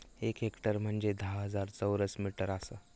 एक हेक्टर म्हंजे धा हजार चौरस मीटर आसा